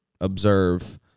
observe